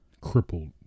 crippled